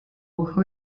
who